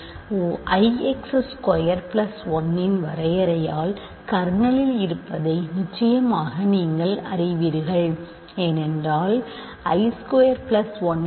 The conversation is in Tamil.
Ix ஸ்கொயர் 1 இன் வரையறையால் கர்னலில் இருப்பதை நிச்சயமாக நீங்கள் அறிவீர்கள் ஏனென்றால் I ஸ்கொயர் 1 என்பது 0 ஆகும்